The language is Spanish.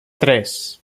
tres